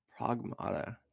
Pragmata